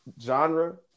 genre